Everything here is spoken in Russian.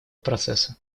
процесса